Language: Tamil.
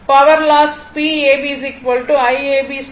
power loss Pab Iab2 R ab